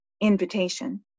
invitation